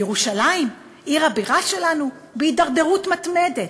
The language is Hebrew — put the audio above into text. וירושלים עיר הבירה שלנו בהידרדרות מתמדת.